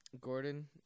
Gordon